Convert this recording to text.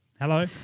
Hello